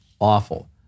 awful